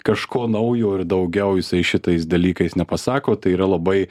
kažko naujo ir daugiau jisai šitais dalykais nepasako tai yra labai